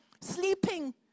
sleeping